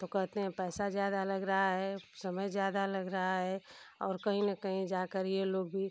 तो कहते हैं पैसा ज़्यादा लग रहा है समय ज़्यादा लग रहा है और कहीं न कहीं जाकर ये लोग भी